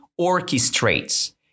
orchestrates